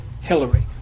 Hillary